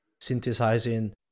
synthesizing